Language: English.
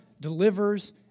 delivers